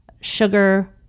sugar